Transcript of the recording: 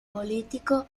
político